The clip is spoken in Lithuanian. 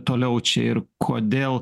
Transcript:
toliau čia ir kodėl